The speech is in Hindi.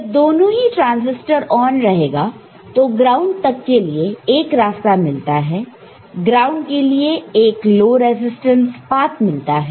जब दोनों ही ट्रांसिस्टर ऑन रहेगा तो ग्राउंड तक के लिए एक रास्ता मिलता है ग्राउंड के लिए एक लो रेजिस्टेंस पात मिलता है